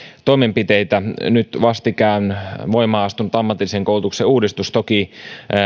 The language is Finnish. toimenpiteitä nyt vastikään voimaan astunut ammatillisen koulutuksen uudistus toki